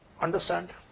understand